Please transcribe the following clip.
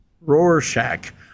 Rorschach